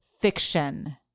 fiction